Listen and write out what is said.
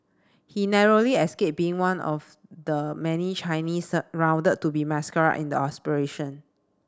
he narrowly escaped being one of the many Chinese rounded to be massacred in the operation